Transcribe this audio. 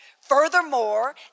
Furthermore